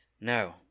No